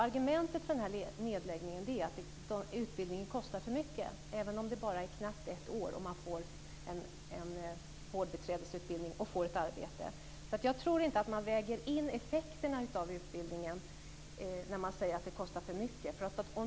Argumentet för nedläggningen är att utbildningen kostar för mycket, även om den bara är knappt ett år och man får en vårdbiträdesutbildning och får ett arbete. Jag tror inte att man väger in effekterna av utbildningen när man säger att den kostar för mycket.